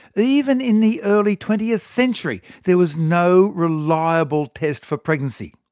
even in the early twentieth century, there was no reliable test for pregnancy.